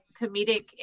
comedic